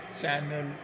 channel